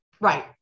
Right